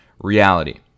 reality